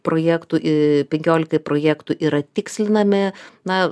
projektų į penkiolikai projektų yra tikslinami na